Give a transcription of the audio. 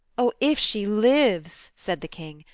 oh, if she lives, said the king,